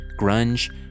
grunge